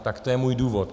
Tak to je můj důvod.